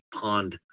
pond